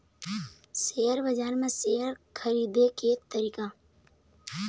Share बजार म share खरीदे के तरीका?